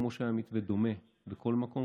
כמו שהיה מתווה דומה בכל מקום,